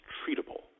treatable